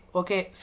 okay